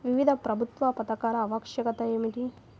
వివిధ ప్రభుత్వా పథకాల ఆవశ్యకత ఏమిటి?